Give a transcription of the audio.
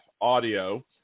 audio